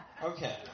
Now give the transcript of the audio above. Okay